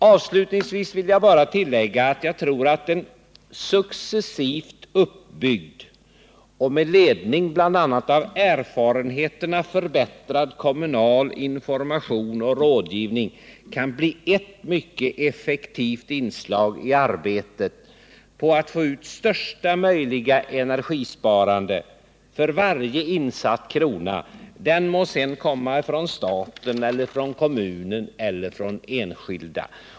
Avslutningsvis vill jag bara tillägga att jag tror att en successivt uppbyggd och med ledning av erfarenheterna förbättrad kommunal information och rådgivning kan bli ers mycket effektivt inslag i arbetet på att få ut största möjliga energisparande för varje insatt krona, den må sedan komma från staten eller från kommunen eller från enskilda.